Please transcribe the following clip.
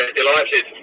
delighted